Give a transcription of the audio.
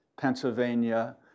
Pennsylvania